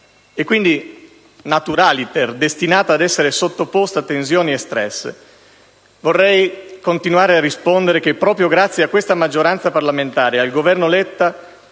e quindi *naturaliter* destinata ad essere sottoposta a tensioni e *stress*, vorrei continuare a rispondere che proprio grazie a questa maggioranza parlamentare e al Governo Letta